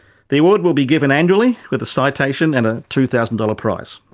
the award will be given annually, with a citation and a two thousand dollars prize.